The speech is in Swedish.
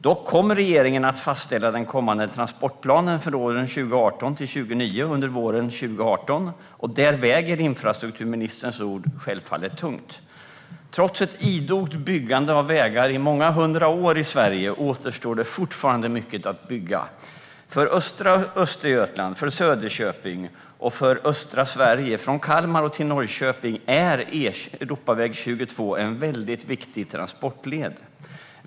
Dock kommer regeringen att fastställa den kommande transportplanen för åren 2018 till 2029 under våren 2018, och där väger infrastrukturministerns ord självfallet tungt. Trots ett idogt byggande av vägar i många hundra år i Sverige återstår det fortfarande mycket att bygga. För östra Östergötland, för Söderköping samt för östra Sverige från Kalmar till Norrköping är Europaväg 22 en mycket viktig transportled.